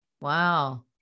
wow